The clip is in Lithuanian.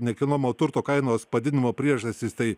nekilnojamo turto kainos padidinimo priežastys tai